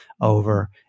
over